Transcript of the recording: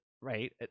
right